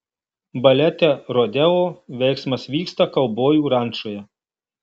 balete rodeo veiksmas vyksta kaubojų rančoje